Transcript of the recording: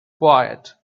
quiet